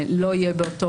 אם אנחנו לא מחריגים אותם,